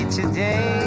today